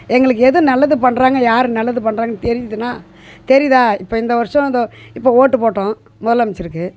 எங்களுக்கு எது நல்லது பண்ணுறாங்க யார் நல்லது பண்ணுறாங்கன்னு தெரியுதுன்னா தெரியுதா இப்போ இந்த வர்ஷம் தோ இப்போ ஓட்டு போட்டோம் முதலமைச்சருக்கு